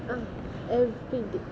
ah everyday